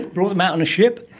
brought them out on a ship?